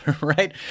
right